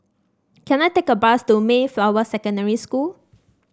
can I take a bus to Mayflower Secondary School